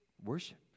Worship